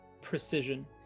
precision